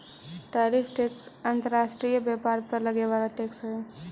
tariff tax अंतर्राष्ट्रीय व्यापार पर लगे वाला टैक्स हई